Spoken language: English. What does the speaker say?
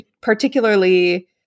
particularly